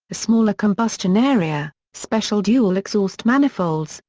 a smaller combustion area, special dual exhaust manifolds,